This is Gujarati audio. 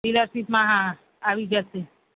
સીલાસીસમાં આવી જશે